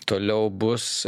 toliau bus